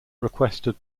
requested